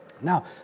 Now